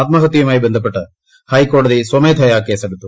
ആത്മഹതൃയുമായി ബന്ധപ്പെട്ട് ഹൈക്കോടതി സ്വമേധയാ കേസെടുത്തു